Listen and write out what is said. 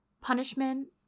punishment